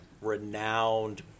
Renowned